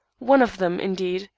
one of them, indeed,